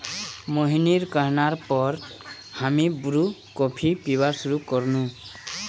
मोहिनीर कहना पर हामी ब्रू कॉफी पीबार शुरू कर नु